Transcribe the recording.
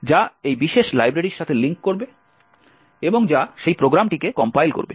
যা এই বিশেষ লাইব্রেরির সাথে লিঙ্ক করবে এবং যা সেই প্রোগ্রামটিকে কম্পাইল করবে